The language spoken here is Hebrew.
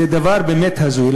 זה דבר באמת הזוי.